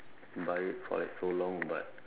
buy it for like so long but